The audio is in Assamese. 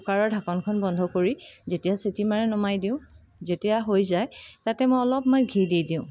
কুকাৰৰ ঢাকনখন বন্ধ কৰি যেতিয়া চিটি মাৰে নমাই দিওঁ যেতিয়া হৈ যায় তাতে মই অলপমান ঘি দি দিওঁ